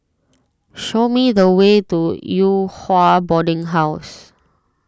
show me the way to Yew Hua Boarding House